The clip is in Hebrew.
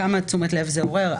כמה תשומת לב זה עורר.